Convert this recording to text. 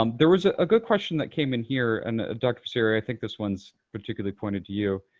um there was ah a good question that came in here, and dr. passeri, i think this one's particularly pointed to you.